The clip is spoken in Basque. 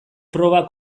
proba